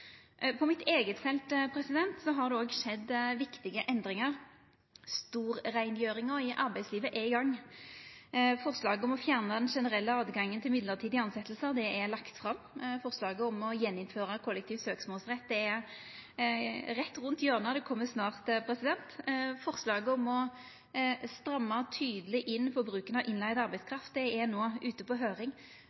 På mitt eige felt har det òg skjedd viktige endringar. Storreingjeringa i arbeidslivet er i gang. Forslaget om å fjerna det generelle høvet til mellombelse tilsetjingar er lagt fram. Forslaget om å gjeninnføra kollektiv søksmålsrett er rett rundt hjørnet, det kjem snart. Forslaget om å stramma tydeleg inn på bruken av innleigd arbeidskraft er no ute på høyring.